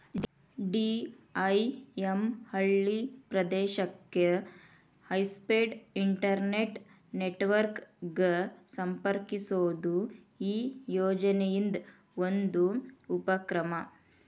DIM ಹಳ್ಳಿ ಪ್ರದೇಶಕ್ಕೆ high speed internet network ಗ ಸಂಪರ್ಕಿಸೋದು ಈ ಯೋಜನಿದ್ ಒಂದು ಉಪಕ್ರಮ